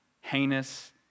heinous